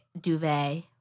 duvet